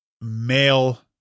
male